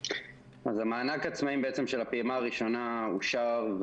המענק עצמאים של הפעימה הראשונה אושר,